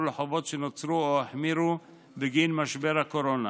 לחובות שנוצרו או החמירו בגין משבר הקורונה.